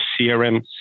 CRM